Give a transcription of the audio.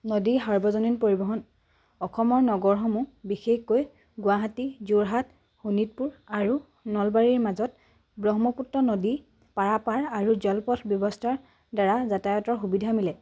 নদী সাৰ্বজনীন পৰিবহণ অসমৰ নগৰসমূহ বিশেষকৈ গুৱাহাটী যোৰহাট শোণিতপুৰ আৰু নলবাৰীৰ মাজত ব্ৰহ্মপুত্ৰ নদী পাৰাপাৰ আৰু জলপথ ব্যৱস্থাৰ দ্বাৰা যাতায়তৰ সুবিধা মিলে